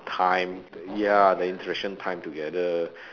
time ya their interaction time together